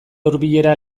hurbilera